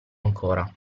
ancora